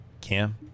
Cam